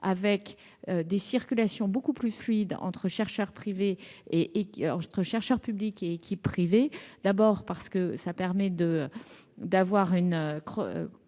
avec des circulations beaucoup plus fluides entre chercheurs publics et équipes privées. En effet, cela permet d'avoir une